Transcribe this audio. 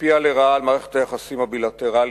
השפיעה לרעה על מערכת היחסים הבילטרליים,